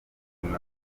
nyina